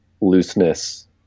looseness